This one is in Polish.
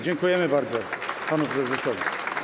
Dziękujemy bardzo panu prezesowi.